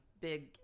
big